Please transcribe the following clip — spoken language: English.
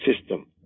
system